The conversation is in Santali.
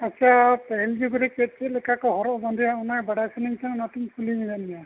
ᱟᱪᱪᱷᱟ ᱯᱟᱹᱦᱤᱞ ᱡᱩᱜᱽ ᱨᱮ ᱪᱮᱫ ᱪᱮᱫ ᱞᱮᱠᱟ ᱠᱚ ᱦᱚᱨᱚᱜ ᱵᱟᱸᱫᱮᱭᱟ ᱚᱱᱟ ᱵᱟᱲᱟᱭ ᱥᱟᱱᱟᱧ ᱠᱟᱱᱟ ᱚᱱᱟᱛᱮᱧ ᱠᱩᱞᱤ ᱧᱚᱜᱮᱫ ᱢᱮᱭᱟ